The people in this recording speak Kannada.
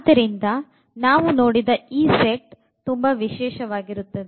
ಆದ್ದರಿಂದ ನಾವು ನೋಡಿದ ಈ ಸೆಟ್ ವಿಶೇಷವಾಗಿರುತ್ತದೆ